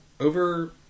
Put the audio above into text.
over